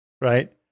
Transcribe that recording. Right